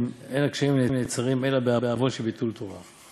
"אין הגשמים נעצרים אלא בעוון של ביטול תורה".